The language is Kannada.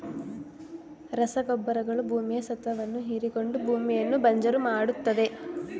ರಸಗೊಬ್ಬರಗಳು ಭೂಮಿಯ ಸತ್ವವನ್ನು ಹೀರಿಕೊಂಡು ಭೂಮಿಯನ್ನು ಬಂಜರು ಮಾಡತ್ತದೆ